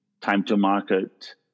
time-to-market